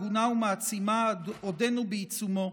הגונה ומעצימה עודנו בעיצומו.